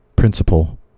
Principle